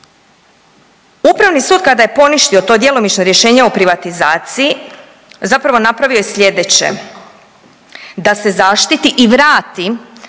Upravni sud kada je poništio to djelomično rješenje o privatizaciji zapravo napravio je slijedeće. Da se zaštiti i vrati